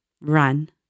Run